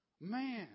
man